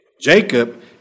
Jacob